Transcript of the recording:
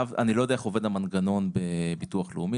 אני לא יודע איך עובד המנגנון בביטוח הלאומי,